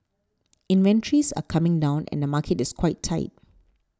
inventories are coming down and the market is quite tight